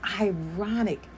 ironic